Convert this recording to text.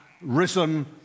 risen